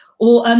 or,